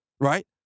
right